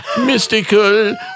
mystical